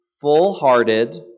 full-hearted